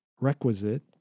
requisite